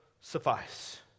suffice